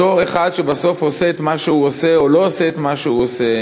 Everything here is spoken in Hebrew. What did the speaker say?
אותו אחד שבסוף עושה את מה שהוא עושה או לא עושה את מה שהוא עושה,